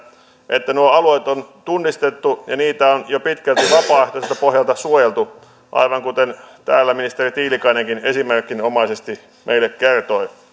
että nuo alueet on tunnistettu ja niitä on jo pitkälti vapaaehtoiselta pohjalta suojeltu aivan kuten täällä ministeri tiilikainenkin esimerkinomaisesti meille kertoi